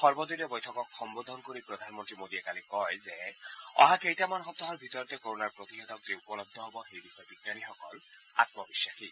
সৰ্বদলীয় এখন বৈঠক সম্বোধন কৰি প্ৰধানমন্তী মোদীয়ে কালি কয় যে অহা কেইটামান সপ্তাহৰ ভিতৰতে ক'ৰ'নাৰ প্ৰতিষেধক যে উপলব্ধ হ'ব সেইবিষয়ে বিজ্ঞানীসকল আম্বিখাসী